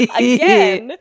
again